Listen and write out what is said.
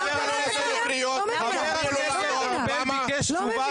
הוא ביקש תגובה.